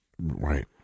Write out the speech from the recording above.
Right